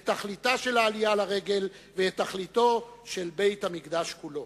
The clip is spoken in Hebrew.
את תכליתה של העלייה לרגל ואת תכליתו של בית-המקדש כולו.